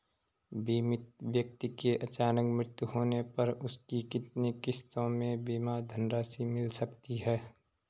बीमित व्यक्ति के अचानक मृत्यु होने पर उसकी कितनी किश्तों में बीमा धनराशि मिल सकती है?